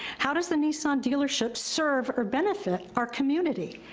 how does a nissan dealership serve or benefit our community?